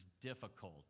difficult